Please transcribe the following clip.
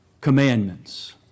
commandments